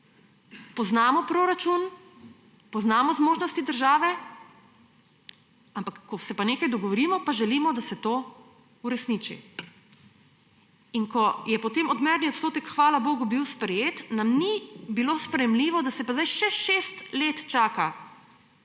Poznamo proračun, poznamo zmožnosti države, ampak ko se pa nekaj dogovorimo, pa želimo, da se to uresniči. In ko je potem odmerni odstotek, hvala bogu, bil sprejet, nam ni bilo sprejemljivo, da se pa sedaj še šest let čaka